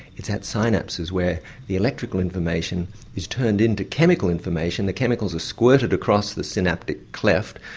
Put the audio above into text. it's at synapses where the electrical information is turned into chemical information, the chemicals are squirted across the synaptic cleft.